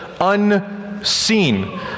Unseen